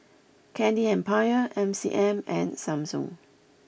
Candy Empire M C M and Samsung